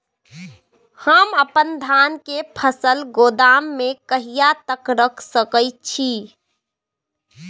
हम अपन धान के फसल गोदाम में कहिया तक रख सकैय छी?